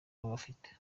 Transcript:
bafite